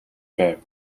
байв